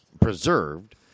preserved